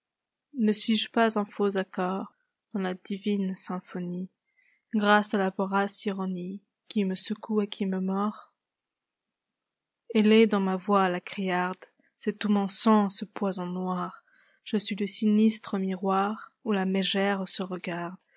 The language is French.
ie suis-je pas un faux accorddans la divine symphonie grâce à la vorace ironie qui me secoue et qui me mord elle est dans ma voix la criarde c'est tout mon sang ce poison noirlje suis le sinistre miroiroù la mégère se regarde